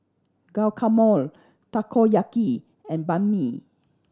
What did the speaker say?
Guacamole Takoyaki and Banh Mi